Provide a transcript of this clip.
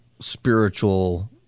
spiritual